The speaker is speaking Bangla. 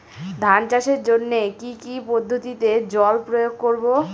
ধান চাষের জন্যে কি কী পদ্ধতিতে জল প্রয়োগ করব?